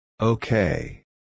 Okay